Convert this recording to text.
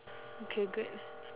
okay good